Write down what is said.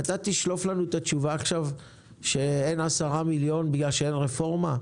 אתה תשלוף עכשיו את התשובה שאין 10 מיליון כי אין רפורמה?